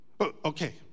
Okay